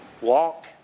walk